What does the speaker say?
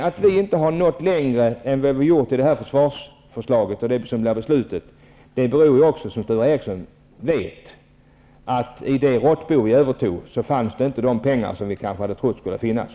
Att vi nu inte har nått längre än vi har gjort i det som blir försvarsbeslutet beror också, som Sture Ericson vet, på att det i det råttbo som vi övertog inte fanns de pengar som vi hade trott skulle finnas.